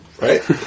Right